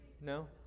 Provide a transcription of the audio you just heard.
No